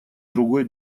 другой